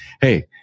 Hey